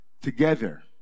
together